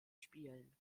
spielen